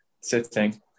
sitting